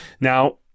now